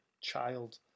child